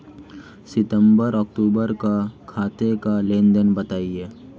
सितंबर अक्तूबर का खाते का लेनदेन बताएं